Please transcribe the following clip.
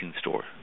store